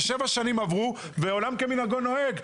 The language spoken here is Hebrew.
שבע שנים עברו ועולם כמנהגו נוהג,